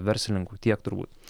verslininku tiek turbūt